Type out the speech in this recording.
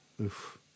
oof